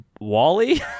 Wally